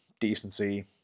decency